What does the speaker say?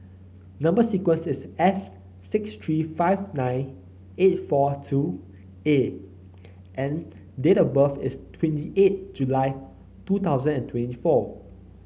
number sequence is S six three five nine eight four two A and date of birth is twenty eight July two thousand and twenty four